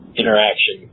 interaction